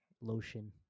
lotion